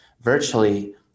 virtually